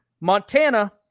Montana